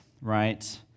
right